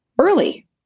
Early